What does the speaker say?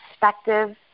perspective